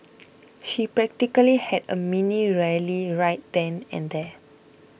she practically had a mini rally right then and there